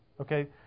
Okay